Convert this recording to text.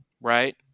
right